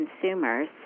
consumers